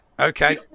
Okay